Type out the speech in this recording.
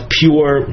pure